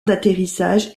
d’atterrissage